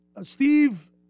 Steve